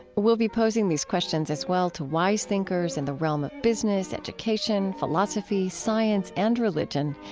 we'll be posing these questions as well to wise thinkers in the realm of business, education, philosophy, science, and religion.